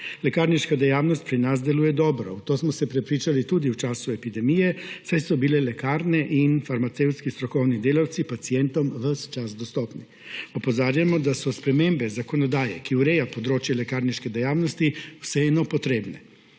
Lekarniška dejavnost pri nas deluje dobro. V to smo se prepričali tudi v času epidemije, saj so bile lekarne in farmacevtski strokovni delavci pacientom ves čas dostopni. Opozarjamo, da so spremembe zakonodaje, ki ureja področje lekarniške dejavnosti, vseeno potrebne.